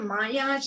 Maya